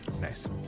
Nice